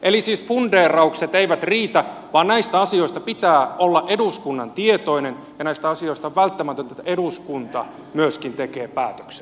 eli siis fundeeraukset eivät riitä vaan näistä asioista pitää olla eduskunnan tietoinen ja näistä asioista on välttämätöntä että eduskunta myöskin tekee päätöksen